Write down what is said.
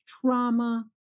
trauma